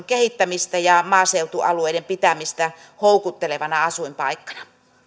kehittämistä ja maaseutualueiden pitämistä houkuttelevana asuinpaikkana